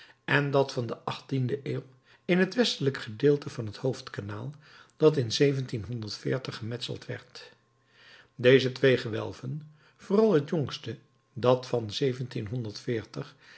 en dat van de achttiende eeuw in het westelijk gedeelte van het hoofdkanaal dat in gemetseld werd deze twee gewelven vooral het jongste dat van